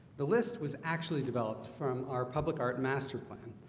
the list was actually developed from our public art master plan,